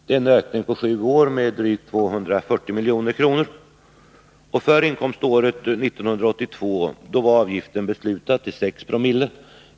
Det är en ökning på sju år med drygt 240 milj.kr. För inkomståret 1982 var avgiften beslutad till 6 §o.